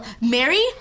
Mary